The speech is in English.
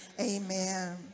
amen